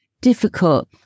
difficult